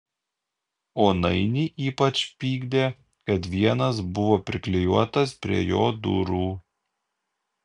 o nainį ypač pykdė kad vienas buvo priklijuotas prie jo durų